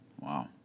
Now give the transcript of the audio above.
Wow